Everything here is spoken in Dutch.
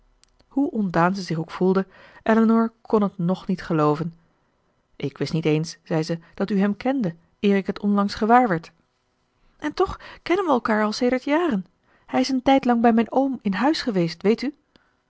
hoe ontdaan zij zich ook voelde elinor kon het ng niet gelooven ik wist niet eens zei ze dat u hem kende eer ik het onlangs gewaar werd en toch kennen we elkaar al sedert jaren hij is een tijdlang bij mijn oom in huis geweest weet u